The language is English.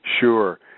Sure